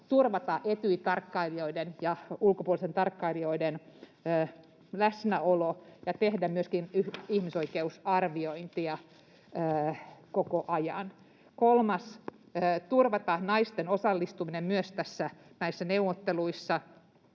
ja ulkopuolisten tarkkailijoiden läsnäolo ja tehdä myöskin ihmisoikeusarviointia koko ajan. Kolmas: turvata naisten osallistuminen myös näissä neuvotteluissa